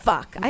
Fuck